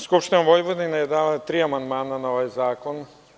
Skupština Vojvodine je dala tri amandmana na ovaj zakon.